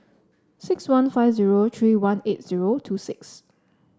six one five zero three one eight zero two six